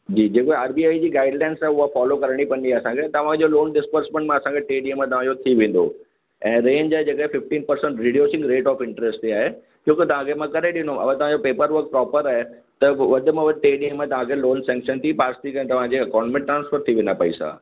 जी जेको R B I जी गाइडलाइन्स आहे हा फ़ॉलो करणी पवंदी असांखे तव्हां जो लोन डिसबसमेंट में असांखे टे ॾींहं में तव्हांजो थी वेंदो ऐं रेंज आहे जेका fifteen percent reducing rate of interest ते आहे जेको तव्हांखे मां करे ॾिनो अगरि तव्हांजो पेपर वर्क प्रोपर आहे त पोइ वधि में वधि टे ॾींहं में तव्हांखे लोन सेंक्शन थी पास थी करे तव्हांजे अकाउंट में ट्रांस्फ़र थी वेंदा पैसा